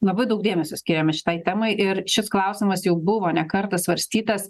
labai daug dėmesio skiriame šitai temai ir šis klausimas jau buvo ne kartą svarstytas